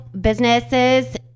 businesses